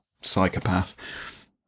psychopath